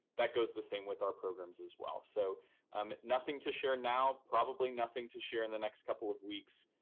that goes the same with our programs as well. so um nothing to share now. probably nothing to share in the next couple of weeks.